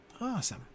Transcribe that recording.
Awesome